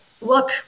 look